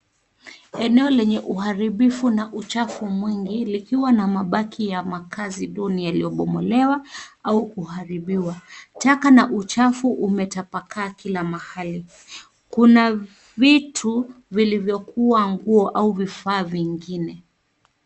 Eneo lenye uharibifu na uchafu mwingi likiwa na mabaki ya makazi duni yaliyo bomolewa au kuharibiwa. Taka na uchafu umetapakaa kila mahali. Kuna vitu vilivyo kuwa nguo au vifaa vingine.